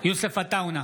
יוסף עטאונה,